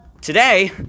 today